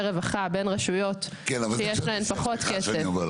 רווחה בין רשויות שיש להן פחות כסף --- סליחה,